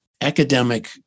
academic